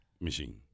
machine